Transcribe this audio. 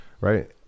right